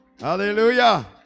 Hallelujah